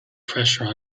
pressure